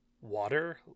water